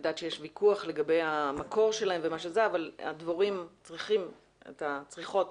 אני יודעת שיש ויכוח לגבי המקור שלהם אבל הדבורים צריכות אותם.